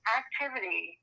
activity